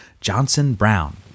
Johnson-Brown